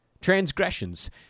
transgressions